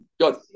Good